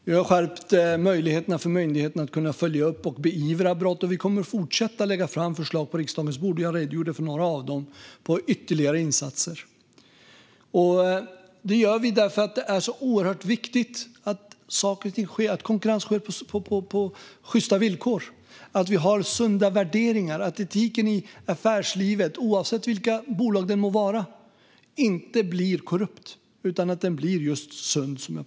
Vi har skärpt möjligheten för myndigheter att följa upp och beivra brott, och vi kommer att fortsätta att lägga fram förslag på riksdagens bord på ytterligare insatser, och jag redogjorde för några av dem. Vi gör detta eftersom det är så viktigt att konkurrens sker på sjysta villkor, att vi har sunda värderingar och att etiken i affärslivet, oavsett bolag, inte blir korrupt utan just sund.